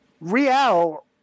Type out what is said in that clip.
Real